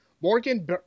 Morgan